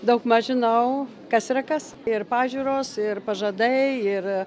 daugmaž žinau kas yra kas ir pažiūros ir pažadai ir